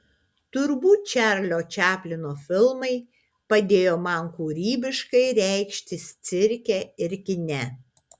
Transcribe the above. turbūt čarlio čaplino filmai padėjo man kūrybiškai reikštis cirke ir kine